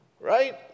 Right